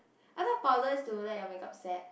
I thought powder is to let your makeup set